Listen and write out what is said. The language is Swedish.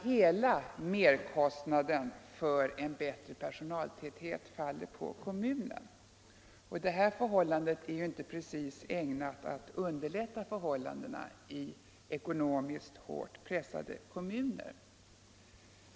Hela merkostnaden för en större personaltäthet faller alltså på kommunen. Det är inte precis ägnat att underlätta förhållandena i ekonomiskt hårt pressade kommuner.